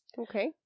okay